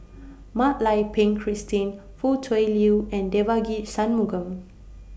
Mak Lai Peng Christine Foo Tui Liew and Devagi Sanmugam